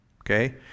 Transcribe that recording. Okay